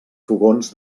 fogons